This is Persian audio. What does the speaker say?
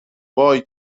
وای